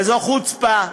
וזו חוצפה,